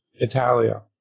Italia